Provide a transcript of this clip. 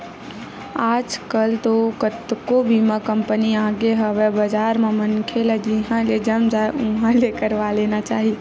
आजकल तो कतको बीमा कंपनी आगे हवय बजार म मनखे ल जिहाँ ले जम जाय उहाँ ले करवा लेना चाही